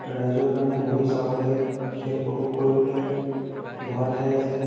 ৰাইজৰ কাৰণে বহি চাবলৈ খেল উপভোগ কৰিবলৈ বহা ঠাই আছে